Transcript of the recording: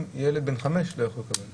גם ילד בן חמש לא יכול לקבל תו ירוק.